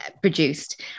produced